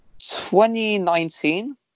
2019